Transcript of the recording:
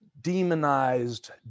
demonized